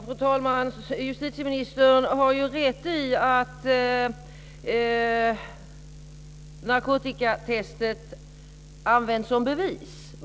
Fru talman! Justitieministern har rätt i att narkotikatestet används som bevis.